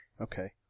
Okay